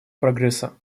прогресса